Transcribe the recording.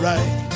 Right